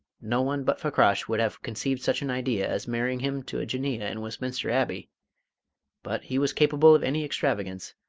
no one but fakrash would have conceived such an idea as marrying him to a jinneeyeh in westminster abbey but he was capable of any extravagance,